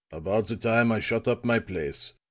about the time i shut up my place,